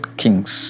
kings